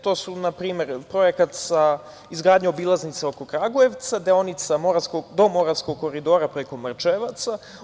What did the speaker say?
To su na primer projekat izgradnja obilaznice oko Kragujevca, deonica do Moravskog koridora preko Mrčajevaca.